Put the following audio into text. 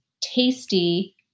tasty